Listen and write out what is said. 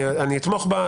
אני אתמוך בה.